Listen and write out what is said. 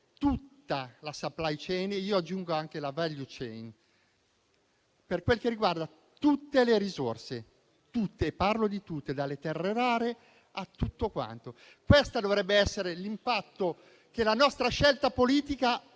tutta la *supply chain* e, aggiungo, anche la *value chain* per quel che riguarda tutte le risorse, dalle terre rare a tutto il resto. Questo dovrebbe essere l'impatto che la nostra scelta politica